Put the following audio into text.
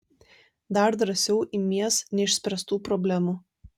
dar drąsiau imies neišspręstų problemų